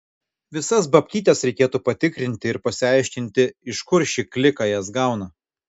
visas babkytes reikėtų patikrinti ir pasiaiškinti iš kur ši klika jas gauna